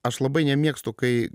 aš labai nemėgstu kai